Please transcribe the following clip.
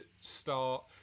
start